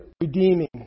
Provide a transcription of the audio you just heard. redeeming